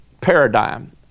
paradigm